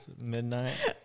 midnight